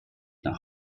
nach